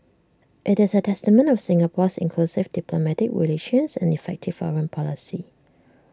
IT is A testament of Singapore's inclusive diplomatic relations and effective foreign policy